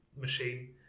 machine